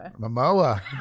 Momoa